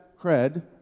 cred